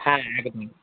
হ্যাঁ একদম